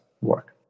work